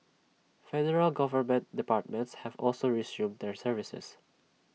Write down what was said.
federal government departments have also resumed their services